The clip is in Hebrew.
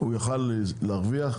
יוכל להרוויח,